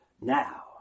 Now